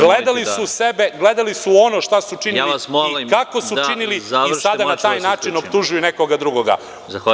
Gledali su sebe, gledali su ono šta su činili, kako su činili i sada na taj način optužuju nekog drugog.